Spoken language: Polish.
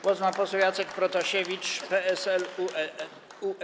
Głos ma poseł Jacek Protasiewicz, PSL - UED.